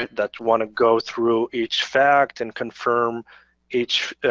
that want to go through each fact and confirm each,